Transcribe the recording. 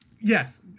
Yes